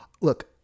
Look